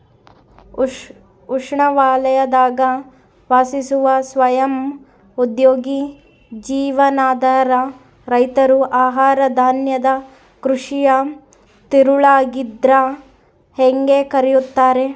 ಉಷ್ಣವಲಯದಾಗ ವಾಸಿಸುವ ಸ್ವಯಂ ಉದ್ಯೋಗಿ ಜೀವನಾಧಾರ ರೈತರು ಆಹಾರಧಾನ್ಯದ ಕೃಷಿಯ ತಿರುಳಾಗಿದ್ರ ಹೇಗೆ ಕರೆಯುತ್ತಾರೆ